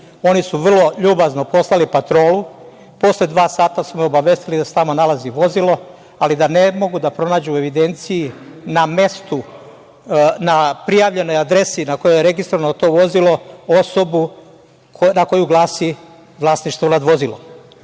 Oni su vrlo ljubazno poslali patrolu, posle dva sata su me obavestili da se tamo nalazi vozilo, ali da ne mogu da pronađu u evidenciji na prijavljenoj adresi na kojoj je registrovano to vozilo osobu na koju glasi vlasništvo nad vozilom.